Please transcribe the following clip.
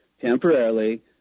temporarily